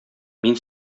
мин